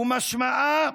ומשמעה: